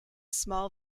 small